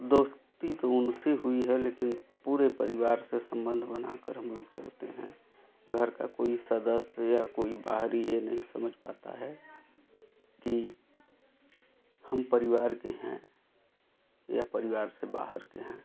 दोस्ती तो उनसे हुई है लेकिन पूरे परिवार से संबंध बनाकर हम लोग चलते हैं घर का कोई सदस्य या कोई बाहरी यह नहीं समझ पाता है कि हम परिवार के हैं या परिवार से बाहर के हैं